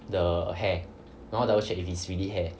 the hair now double check it's really hair